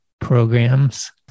programs